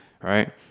right